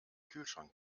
kühlschrank